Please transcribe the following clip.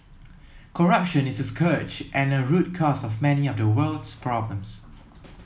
corruption is a scourge and a root cause of many of the world's problems